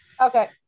Okay